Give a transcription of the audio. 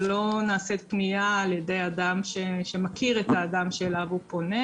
שלא נעשית פנייה על ידי אדם שמכיר את האדם שאליו הוא פונה,